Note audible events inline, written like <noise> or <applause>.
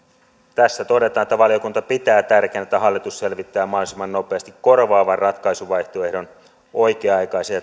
tässä todetaan että valiokunta pitää tärkeänä että hallitus selvittää mahdollisimman nopeasti korvaavan ratkaisuvaihtoehdon oikea aikaisen <unintelligible>